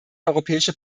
europäische